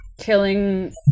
killing